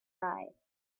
eyes